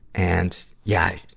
and, yeah,